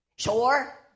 Sure